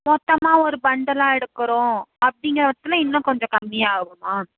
மொத்தமாக ஒரு பண்டுலாம் எடுக்கிறோம் அப்படிங்கிற பட்சத்தில் இன்னும் கொஞ்சம் கம்மியாகுமா